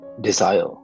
desire